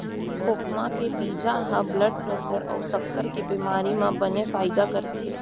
खोखमा के बीजा ह ब्लड प्रेसर अउ सक्कर के बेमारी म बने फायदा करथे